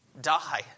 die